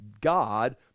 God